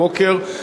הבוקר,